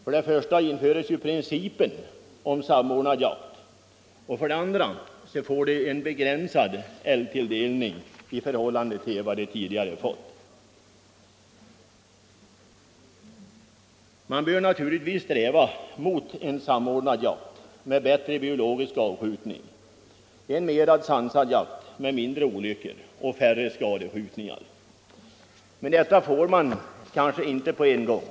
För det första införs principen om samordnad jakt, och för det andra får de en begränsad älgtilldelning i förhållande till vad som tidigare varit fallet. Man bör naturligtvis sträva mot en samordnad jakt för bättre biologisk avskjutning, en mer sansad jakt med färre olyckor och färre skadskjutningar. Detta åstadkommer man kanske inte på en gång.